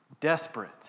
Desperate